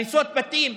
הריסות בתים,